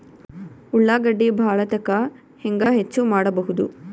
ಉಳ್ಳಾಗಡ್ಡಿ ಬಾಳಥಕಾ ಹೆಂಗ ಹೆಚ್ಚು ಮಾಡಬಹುದು?